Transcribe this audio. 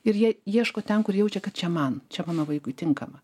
ir jie ieško ten kur jaučia kad čia man čia mano vaikui tinkama